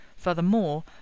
Furthermore